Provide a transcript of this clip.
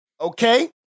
okay